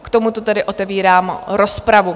K tomuto tedy otevírám rozpravu.